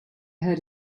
heard